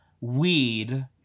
weed